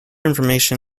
information